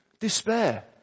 despair